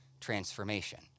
transformation